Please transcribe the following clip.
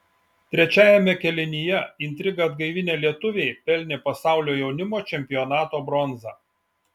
trečiajame kėlinyje intrigą atgaivinę lietuviai pelnė pasaulio jaunimo čempionato bronzą